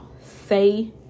say